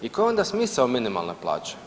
I koji je onda smisao minimalne plaće?